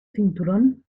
cinturón